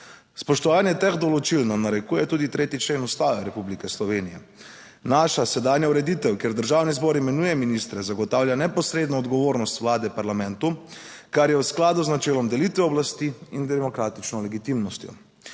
Spoštovanje teh določil nam narekuje tudi 3. člen Ustave Republike Slovenije. Naša sedanja ureditev, kjer Državni zbor imenuje ministre, zagotavlja neposredno odgovornost vlade parlamentu, kar je v skladu z načelom delitve oblasti in demokratično legitimnostjo.